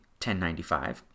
1095